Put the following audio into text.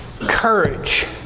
courage